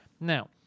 Now